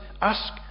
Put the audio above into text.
ask